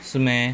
是 meh